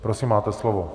Prosím, máte slovo.